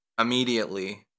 immediately